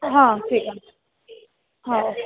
हा ठीक आहे